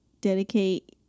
dedicate